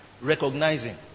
recognizing